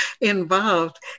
involved